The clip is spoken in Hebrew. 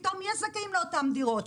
]תאום יש זכאים לאותן דירות.